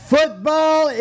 Football